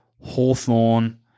Hawthorne